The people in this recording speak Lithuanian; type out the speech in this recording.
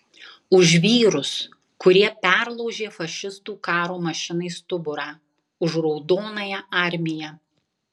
už vyrus kurie perlaužė fašistų karo mašinai stuburą už raudonąją armiją